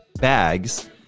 bags